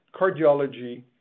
cardiology